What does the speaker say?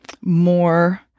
more